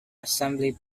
assembly